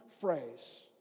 phrase